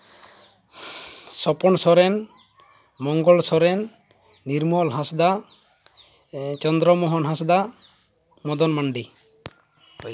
Sapon Soren Mangal Soren Nirmal Hansda Chandra Mohan Hansda Madan Mandi